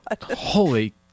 holy